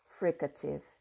fricative